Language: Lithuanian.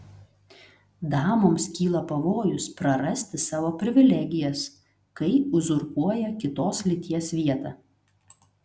damoms kyla pavojus prarasti savo privilegijas kai uzurpuoja kitos lyties vietą